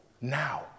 now